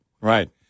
right